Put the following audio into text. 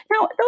Now